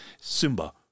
Simba